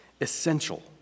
essential